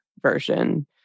version